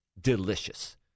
delicious